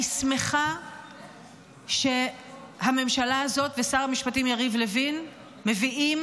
אני שמחה שהממשלה הזאת ושר המשפטים יריב לוין הביאו